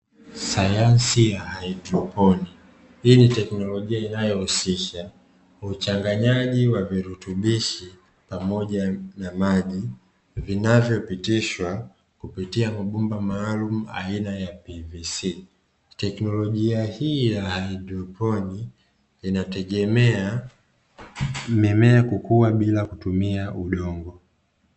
Sayansi ya haidroponi, hii ni teknolojia inayohushia uchanganyaji wa virutubishi pamoja na maji, vinavyopitishwa kupitia mabomba maalumu aina ya "PVC". Teknolojia hii ya haidroponi inategemea mimea kukua bila kutumia udongo.